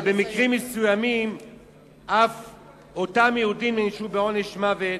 במקרים מסוימים אותם יהודים אף נענשו עונש מוות